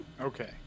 okay